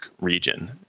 region